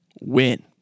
win